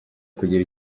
kugira